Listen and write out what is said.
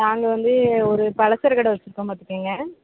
நாங்கள் வந்து ஒரு பலசரக்கு கடை வச்சுருக்கோம் பார்த்துக்கோங்க